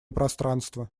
пространство